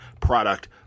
product